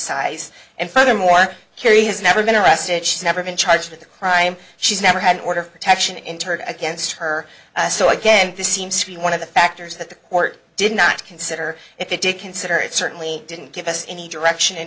size and furthermore he has never been arrested she's never been charged with a crime she's never had an order of protection interred against her so again this seems to be one of the factors that the court did not consider if it did consider it certainly didn't give us any direction in